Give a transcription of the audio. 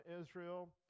Israel